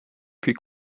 puis